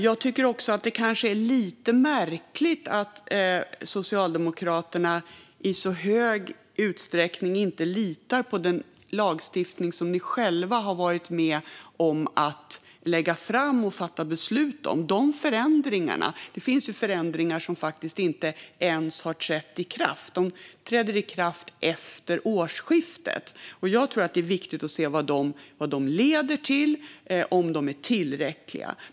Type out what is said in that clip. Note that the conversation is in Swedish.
Det är kanske lite märkligt att Socialdemokraterna i så stor utsträckning inte litar på den lagstiftning de själva varit med om att lägga fram och fatta beslut om. De finns ju förändringar som träder i kraft först efter årsskiftet, och jag tror att det är viktigt att se vad de leder till och om de är tillräckliga.